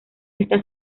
está